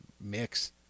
mix